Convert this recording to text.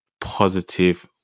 positive